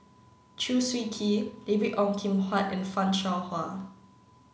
Chew Swee Kee David Ong Kim Huat and Fan Shao Hua